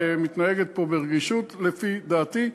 מתנהגים פה ברגישות לפי דעתי,